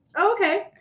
Okay